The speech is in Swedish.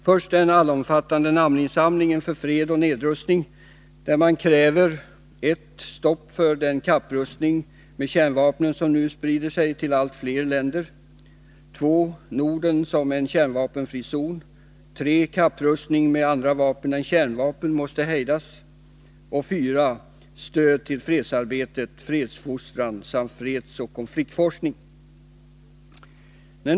Först är det en allomfattande namninsamling för fred och nedrustning, där man kräver: 1. stopp för den kapprustning med kärnvapen som nu sprider sig till allt fler stater, 2. Norden som en kärnvapenfri zon, 3. hejda kapprustningen med andra vapen än kärnvapen och 4. stöd till fredsarbete, fredsfostran samt fredsoch konfliktforskning.